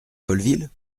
folleville